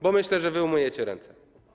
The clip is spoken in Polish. Bo myślę, że wy umyjecie ręce.